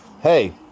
hey